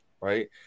right